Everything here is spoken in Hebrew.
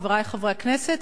חברי חברי הכנסת,